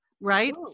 right